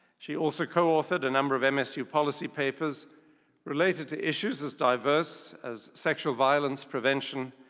she also co-authored a number of and msu policy papers related to issues as diverse as sexual violence prevention,